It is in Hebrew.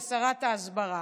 לשרת ההסברה.